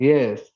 Yes